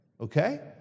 Okay